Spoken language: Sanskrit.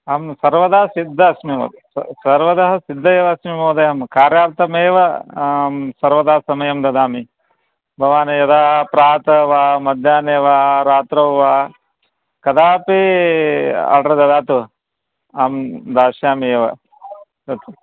अहं सर्वदा सिद्धः अस्मि म सर्वदा सिद्धः एव अस्मि महोदयं कार्यार्थमेव अं सर्वदा समयं ददामि भवान् यदा प्रातः वा मध्याह्ने वा रात्रौ वा कदापि आर्डर् ददातु अहं दास्यामि एव तत्तु